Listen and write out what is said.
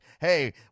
hey